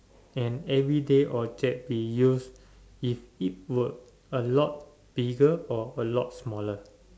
an everyday object be used if it were a lot bigger or a lot smaller